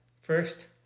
First